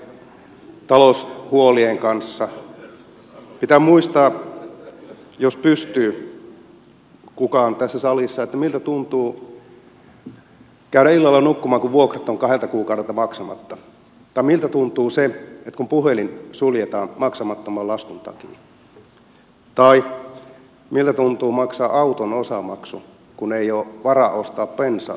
pitää muistaa jos kukaan pystyy tässä salissa miltä tuntuu käydä illalla nukkumaan kun vuokrat ovat kahdelta kuukaudelta maksamatta tai miltä tuntuu se kun puhelin suljetaan maksamattoman laskun takia tai miltä tuntuu maksaa auton osamaksu kun ei ole varaa ostaa bensaa siihen autoon